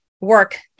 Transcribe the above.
work